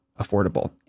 affordable